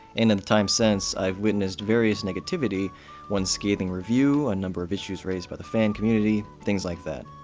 in in the time since, i've witnessed various negativity one scathing review, a number of issues raised by the fan community, things like that.